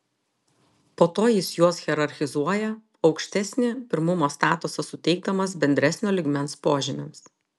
po to jis juos hierarchizuoja aukštesnį pirmumo statusą suteikdamas bendresnio lygmens požymiams